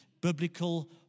biblical